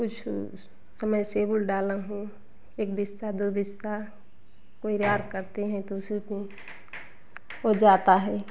कुछ हो उसे समय से भी डाला हो एक बिस्सा दो बिस्सा कोई रार करते हैं तो उसी को हो जाता है